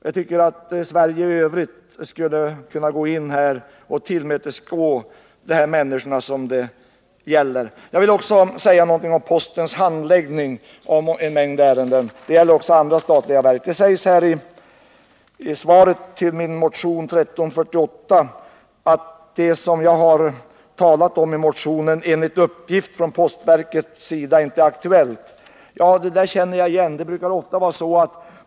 Jag tycker att Sverige i övrigt här kunde ställa upp, så att vi skulle kunna tillmötesgå de människor det här gäller. Jag vill också säga några ord om postens handläggning av en mängd ärenden — det gäller även andra statliga verk. Det sägs i yttrandet över min motion 1348 att det jag talat om i motionen enligt uppgift från postverket inte är aktuellt. Det där känner jag igen.